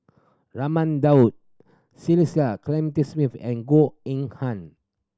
Raman Daud Cecil Clementi Smith and Goh Eng Han